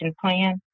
plan